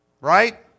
Right